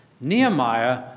Nehemiah